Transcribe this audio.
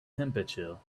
temperature